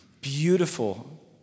Beautiful